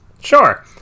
Sure